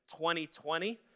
2020